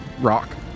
rock